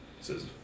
says